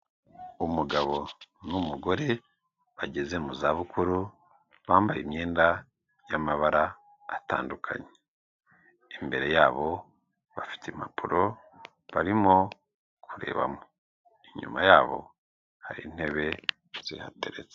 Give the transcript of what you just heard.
Umugabo n'umugore bageze mu za bukuru bambaye imyenda y'amabara atandukanye, imbere yabo bafite impapuro barimo kurebamo inyuma yabo hari intebe zihateretse.